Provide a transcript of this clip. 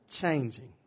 changing